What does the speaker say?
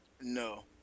No